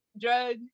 drug